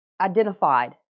identified